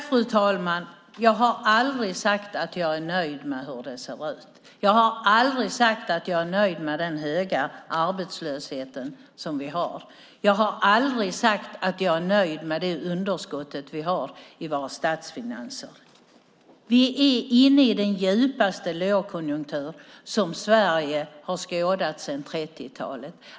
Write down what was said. Fru talman! Jag har aldrig sagt att jag är nöjd med hur det ser ut. Jag har aldrig sagt att jag är nöjd med den höga arbetslöshet som vi har. Jag har aldrig sagt att jag är nöjd med det underskott vi har i våra statsfinanser. Vi är inne i den djupaste lågkonjunktur som Sverige har skådat sedan 30-talet.